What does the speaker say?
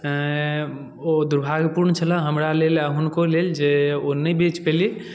ओ दुर्भाग्यपूर्ण छलै हमरा लेल आओर हुनको लेल जे ओ नहि बचि पेली